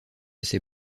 ces